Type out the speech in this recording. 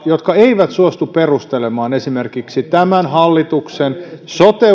jotka eivät suostu perustelemaan esimerkiksi tämän hallituksen sote